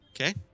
Okay